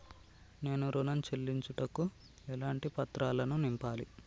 నేను ఋణం చెల్లించుటకు ఎలాంటి పత్రాలను నింపాలి?